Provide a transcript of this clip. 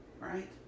right